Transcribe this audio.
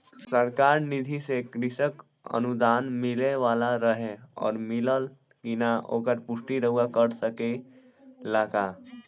सरकार निधि से कृषक अनुदान मिले वाला रहे और मिलल कि ना ओकर पुष्टि रउवा कर सकी ला का?